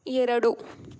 ಎರಡು